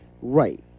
Right